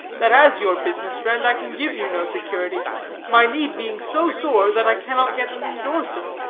that as your business friend i can give you no security my need being so sore that i cannot get an indorser.